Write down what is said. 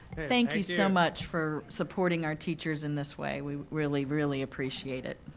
thank you so much for supporting our teachers in this way. we really, really appreciate it.